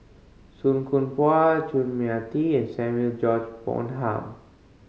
Song Koon Poh Chun Mia Tee and Samuel George Bonham